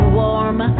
warm